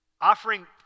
Offering